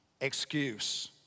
excuse